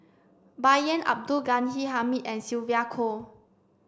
Bai Yan Abdul Ghani Hamid and Sylvia Kho